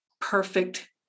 perfect